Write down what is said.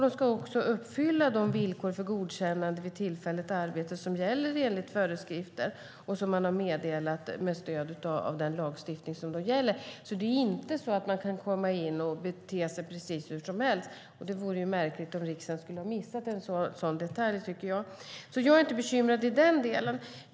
De ska också uppfylla de villkor för godkännande vid tillfälligt arbete som gäller enligt föreskrifter och som man har meddelat med stöd av den lagstiftning som gäller. Det är inte så att man kan komma in och bete sig precis hur som helst. Det vore märkligt om riksdagen skulle ha missat en sådan detalj, tycker jag. Jag är alltså inte bekymrad i den delen.